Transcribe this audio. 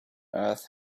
earth